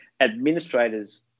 administrators